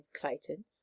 Clayton